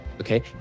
okay